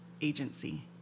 agency